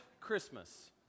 Christmas